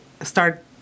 start